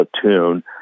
platoon